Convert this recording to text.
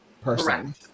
person